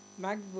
MacBook